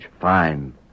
Fine